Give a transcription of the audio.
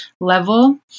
level